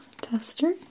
tester